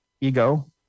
ego